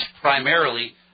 primarily